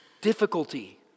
difficulty